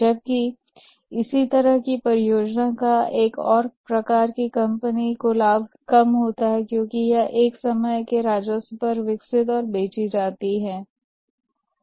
जबकि इस तरह की सेवा परियोजना से कंपनी को लाभ कम होता है क्योंकि यह एक समय के राजस्व पर विकसित और बेची जाती है